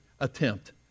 attempt